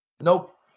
Nope